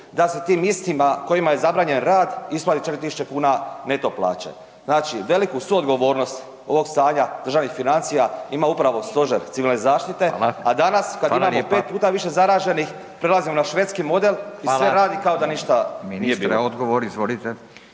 da se tim istima kojima je zabranjen rad isplati 4.000 kuna neto plaće. Znači veliku suodgovornost ovog stanja državnih financija ima upravo Stožer civilne zaštite, a danas kada imamo pet puta više zaraženih prelazimo na švedski model i sve radi kao da ništa …